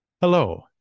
Hello